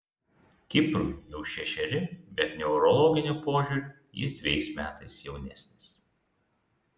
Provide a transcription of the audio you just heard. kiprui jau šešeri bet neurologiniu požiūriu jis dvejais metais jaunesnis